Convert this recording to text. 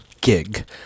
gig